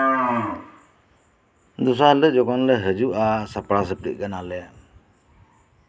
ᱫᱚᱥᱟᱨ ᱦᱤᱞᱳᱜ ᱡᱚᱠᱷᱚᱱᱞᱮ ᱦᱤᱡᱩᱜᱼᱟ ᱥᱟᱯᱲᱟᱣ ᱥᱟᱯᱲᱤᱜ ᱠᱟᱱᱟᱞᱮ